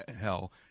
hell